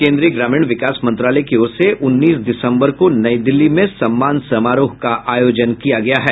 केंद्रीय ग्रामीण विकास मंत्रालय की ओर से उन्नीस दिसंबर को नई दिल्ली में सम्मान समारोह का आयोजन किया गया है